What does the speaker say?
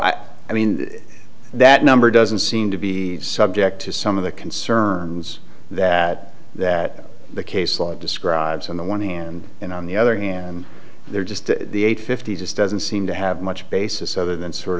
i i mean that number doesn't seem to be subject to some of the concerns that that the case law describes on the one hand and on the other hand there just the eight fifty just doesn't seem to have much basis other than sort